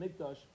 mikdash